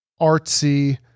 artsy